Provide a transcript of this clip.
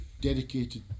dedicated